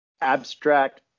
abstract